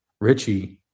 Richie